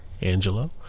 Angelo